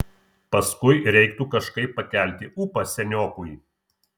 paskui reiktų kažkaip pakelti ūpą seniokui